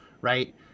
right